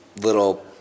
little